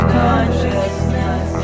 consciousness